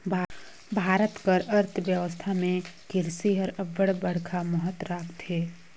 भारत कर अर्थबेवस्था में किरसी हर अब्बड़ बड़खा महत राखथे